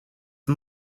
the